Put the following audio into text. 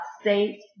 state